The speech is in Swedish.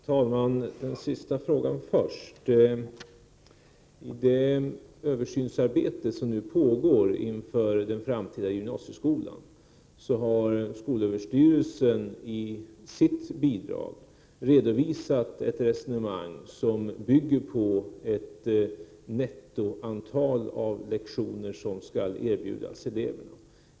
Herr talman! Den sista frågan först. I det översynsarbete som nu pågår inför den framtida gymnasieskolan har skolöverstyrelsen i sitt bidrag redovisat ett resonemang som bygger på ett nettoantal av lektioner som skall erbjudas eleverna.